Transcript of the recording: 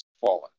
Fallen